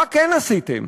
מה כן עשיתם,